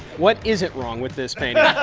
what isn't wrong with this painting?